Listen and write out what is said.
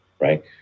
Right